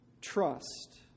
trust